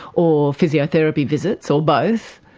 or physiotherapy visits, or both,